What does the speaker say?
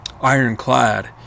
ironclad